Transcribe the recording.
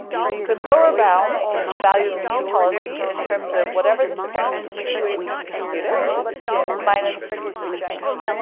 so you can lower bound the value of your new policy in terms of whatever this objective function is when you compute it minus this expression,